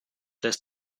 lässt